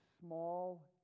small